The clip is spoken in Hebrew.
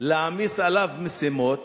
להעמיס עליו משימות